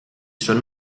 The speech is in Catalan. són